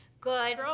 good